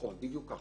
בדיוק כך.